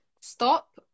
stop